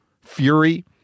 fury